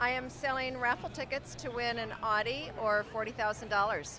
i am selling raffle tickets to win an audi or forty thousand dollars